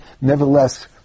Nevertheless